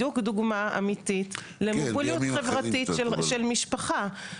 בדיוק דוגמה אמיתית למוביליות חברתית של משפחה.